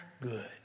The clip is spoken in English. good